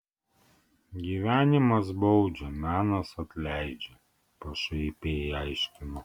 gyvenimas baudžia menas atleidžia pašaipiai aiškino